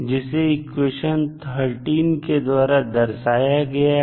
जिसे इक्वेशन 13 द्वारा दर्शाया गया है